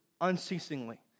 unceasingly